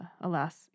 alas